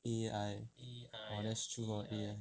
A_I orh that's true hor A_I